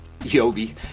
Yobi